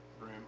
room